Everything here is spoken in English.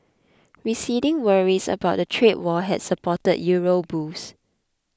receding worries about a trade war had supported euro bulls